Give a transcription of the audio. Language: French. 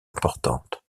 importante